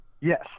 Yes